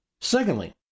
Secondly